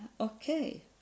okay